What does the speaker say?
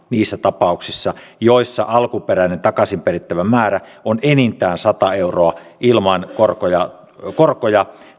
niissä tapauksissa joissa alkuperäinen takaisin perittävä määrä on enintään sata euroa ilman korkoja korkoja